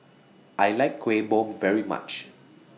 I like Kueh Bom very much